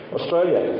Australia